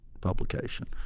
publication